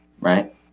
right